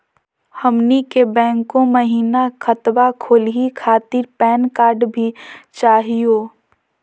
हमनी के बैंको महिना खतवा खोलही खातीर पैन कार्ड भी चाहियो?